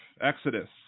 exodus